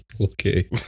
Okay